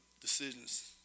decisions